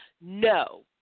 no